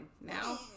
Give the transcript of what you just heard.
now